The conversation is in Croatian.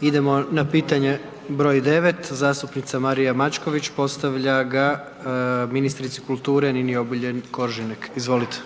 (HDZ)** Idemo na pitanje br. 9., zastupnica Marija Mačković postavlja ga ministrici kulture Nini Obuljen-Koržinek. Izvolite.